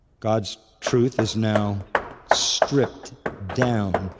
god's truth is now stripped down,